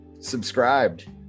subscribed